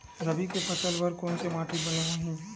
रबी के फसल बर कोन से माटी बने होही?